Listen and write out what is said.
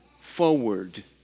forward